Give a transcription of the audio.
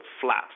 flat